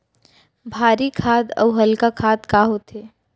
भारी खाद अऊ हल्का खाद का होथे?